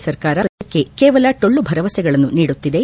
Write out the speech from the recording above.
ಸರ್ಕಾರ ಆಂಧಪ್ರದೇಶಕ್ಕೆ ಕೇವಲ ಟೊಳ್ಳು ಭರವಸೆಗಳನ್ನು ನೀಡುತ್ತಿದೆ